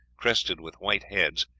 crested with white heads,